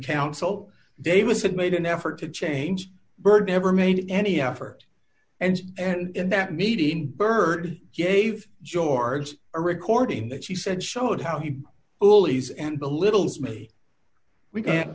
counsel davis had made an effort to change byrd never made any effort and and that meeting byrd gave george a recording that she said showed how he bullies and belittles me we can't